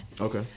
okay